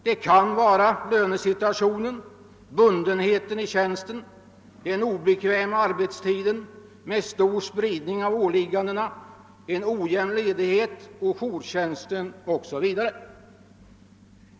Det kan vara lönesituationen, bundenheten i tjänsten, den obekväma arbetstiden med stor spridning bland åliggandena, en ojämn ledighet, jourtjänst o.s. v.